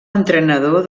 entrenador